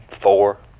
Four